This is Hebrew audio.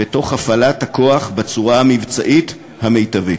ותוך הפעלת הכוח בצורה המבצעית המיטבית.